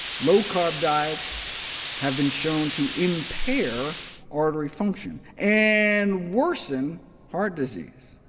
low-carb diets have been shown to impair artery function and worsen heart disease.